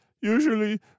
Usually